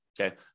okay